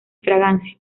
fragancia